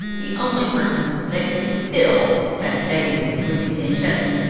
the only person that could fill that stadium would be kenny chesney.